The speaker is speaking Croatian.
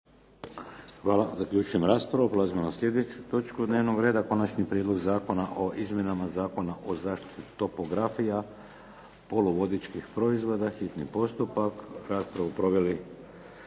Vladimir (HDZ)** Prelazimo na slijedeću točku dnevnog reda. - Konačni prijedlog zakona o izmjenama Zakona o zaštiti topografija poluvodičkih proizvoda, hitni postupak, prvo i